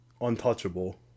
untouchable